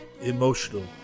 emotional